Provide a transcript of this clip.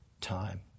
time